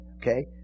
okay